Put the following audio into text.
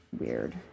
weird